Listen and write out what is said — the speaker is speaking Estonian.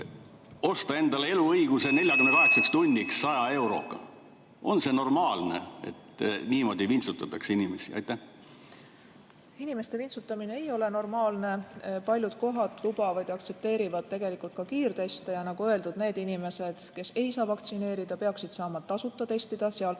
ostma endale eluõiguse 48 tunniks 100 euroga. Kas see on normaalne, et niimoodi vintsutatakse inimesi? Inimeste vintsutamine ei ole normaalne, paljud kohad lubavad ja aktsepteerivad tegelikult ka kiirteste. Ja nagu öeldud, need inimesed, kes ei saa vaktsineerida, peaksid saama tasuta testida seal, kus